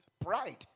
pride